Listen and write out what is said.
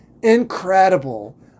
Incredible